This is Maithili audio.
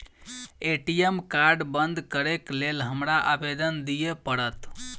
ए.टी.एम कार्ड बंद करैक लेल हमरा आवेदन दिय पड़त?